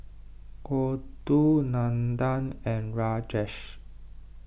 Gouthu Nandan and Rajesh